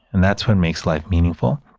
and that's what makes life meaningful.